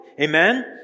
Amen